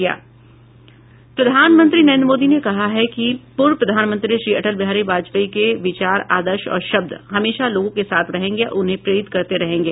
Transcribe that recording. प्रधानमंत्री नरेन्द्र मोदी ने कहा है कि पूर्व प्रधानमंत्री अटल बिहारी वाजपेयी के विचार आदर्श और शब्द हमेशा लोगों के साथ रहेंगे और उन्हें प्रेरित करते रहेंगे